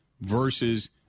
versus